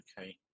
Okay